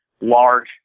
large